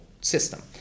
system